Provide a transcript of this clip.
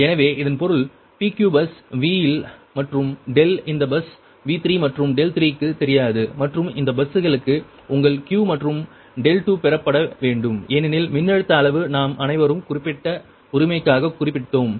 எனவே இதன் பொருள் PQ பஸ் V இல் மற்றும் இந்த பஸ் V3 மற்றும் 3 க்கு தெரியாதது மற்றும் இந்த பஸ்களுக்கு உங்கள் Q மற்றும் 2 பெறப்பட வேண்டும் ஏனெனில் மின்னழுத்த அளவு நாம் அனைவரும் குறிப்பிட்ட உரிமைக்காக குறிப்பிட்டோம்